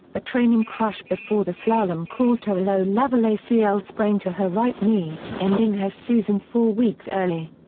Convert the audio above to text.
a training crash before the slalom caused her a low-level acl sprain to her right knee, ending her season four weeks early.